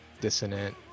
dissonant